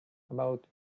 about